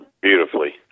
beautifully